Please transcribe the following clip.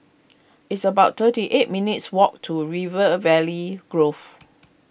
it's about thirty eight minutes' walk to River Valley Grove